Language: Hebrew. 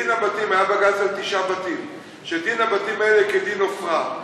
על תשעה בתים, שאמר שדין הבתים האלה כדין עפרה.